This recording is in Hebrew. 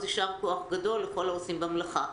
ישר כוח גדול לכל העושים במלאכה.